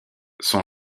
son